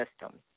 system